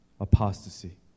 apostasy